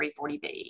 340B